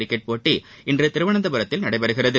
cricket போட்டி இன்றுதிருவனந்தபுரத்தில் நடைபெறுகிறது